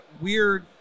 weird